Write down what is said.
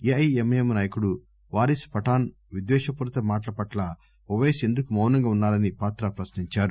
AIMIM నాయకుడు వారిస్ పఠాన్ విద్యేషపూరిత మాటల పట్ల ఓవైసీ ఎందుకు మౌనంగా ఉన్నా రని పాత్ర ప్రశ్ని ంచారు